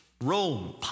Rome